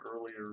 earlier